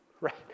Right